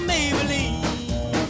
Maybelline